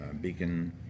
Beacon